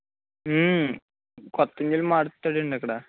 కొత్త ఇంజన్ మారుస్తాడు అండి అక్కడ